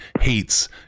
hates